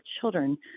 children